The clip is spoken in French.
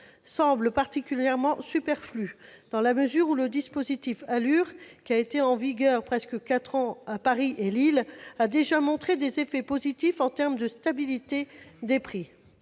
semble particulièrement superflu, dans la mesure où le dispositif ALUR, qui a été en vigueur pendant près de quatre ans à Paris et à Lille, a déjà montré des effets positifs en termes de stabilisation des prix.